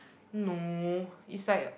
no it's like